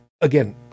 again